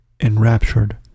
enraptured